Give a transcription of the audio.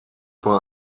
bei